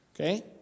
Okay